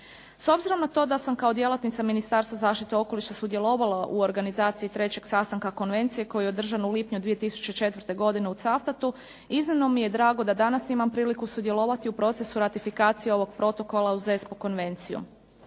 S obzirom na to da sam kao djelatnica Ministarstva zaštite okoliša sudjelovala u organizaciji trećeg sastanka konvencije koji je održan u lipnju 2004. godine u Cavtatu, iznimno mi je drago da danas imam priliku sudjelovati u procesu ratifikacije ovog protokola uz ESPO konvenciju.